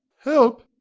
help!